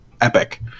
Epic